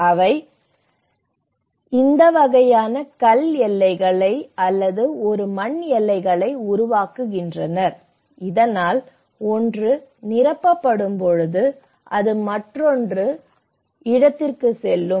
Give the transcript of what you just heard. அவை இந்த வகையான கல் எல்லைகளை அல்லது ஒரு மண் எல்லைகளை உருவாக்குகின்றன இதனால் ஒன்று நிரப்பப்படும்போது அது மற்றொரு இடத்திற்குச் செல்லும்